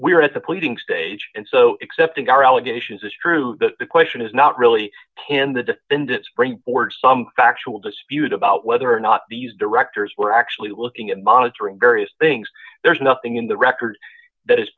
are at the pleading stage and so accepting our allegations is true but the question is not really can the defendant springboards some factual dispute about whether or not these directors were actually looking at monitoring various things there's nothing in the record that is